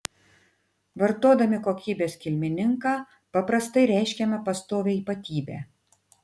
vartodami kokybės kilmininką paprastai reiškiame pastovią ypatybę